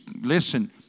listen